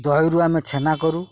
ଦହିରୁ ଆମେ ଛେନା କରୁ